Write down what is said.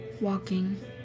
walking